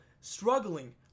struggling